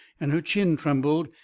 and her chin trembled,